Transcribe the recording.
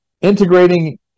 Integrating